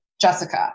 Jessica